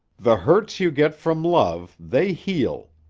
the hurts you get from love, they heal.